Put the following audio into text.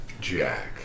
Jack